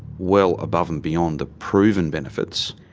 well above and beyond the proven benefits.